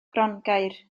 grongaer